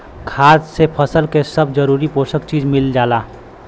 खाद से फसल के सब जरूरी पोषक चीज मिल जाला